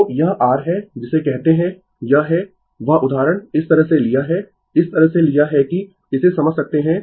तो यह r है जिसे कहते है यह है वह उदाहरण इस तरह से लिया है इस तरह से लिया है कि इसे समझ सकते है